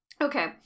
Okay